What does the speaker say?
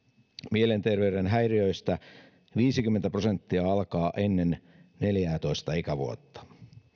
mielenterveyden häiriöistä viisikymmentä prosenttia alkaa ennen neljäätoista ikävuotta